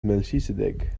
melchizedek